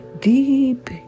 deep